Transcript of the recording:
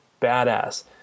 badass